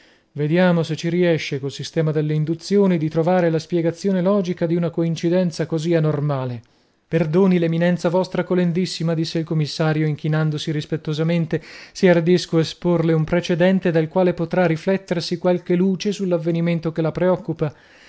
vediamo se ci riesce col sistema delle induzioni di trovare la spiegazione logica di una coincidenza così anormale perdoni l'eminenza vostra colendissima disse il commissario inchinandosi rispettosamente se ardisco esporle un precedente dal quale potrà riflettersi qualche luce sull'avvenimento che la preoccupa